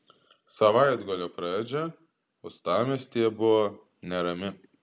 savaitgalio pradžia uostamiestyje buvo nerami